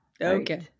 Okay